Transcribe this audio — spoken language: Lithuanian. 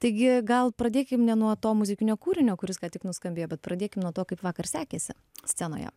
taigi gal pradėkim nuo to muzikinio kūrinio kuris ką tik nuskambėjo bet pradėkim nuo to kaip vakar sekėsi scenoje